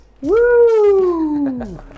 Woo